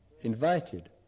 invited